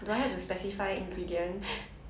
海菜 you mean 海带